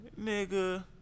Nigga